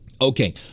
Okay